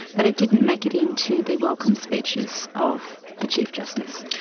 but it didn't make it into the welcome speeches of the chief justice.